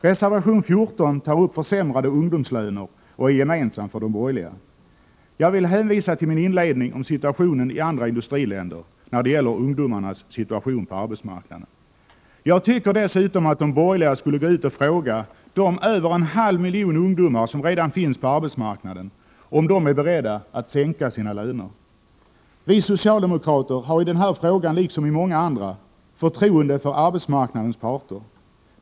Reservation nr 14 tar upp försämrade ungdomslöner och är gemensam för de borgerliga. Jag vill hänvisa till min inledning om läget i andra industriländer när det gäller ungdomars situation på arbetsmarknaden. Jag tycker dessutom att de borgerliga skulle gå ut och fråga de över en halv miljon ungdomar som redan finns på arbetsmarknaden om de är beredda att sänka sina löner. Vi socialdemokrater har i den här frågan liksom i många andra förtroende för arbetsmarknadens parter.